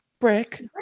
Brick